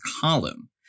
column